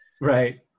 Right